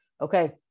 Okay